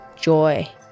joy